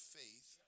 faith